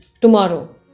Tomorrow